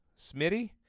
Smitty